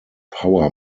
power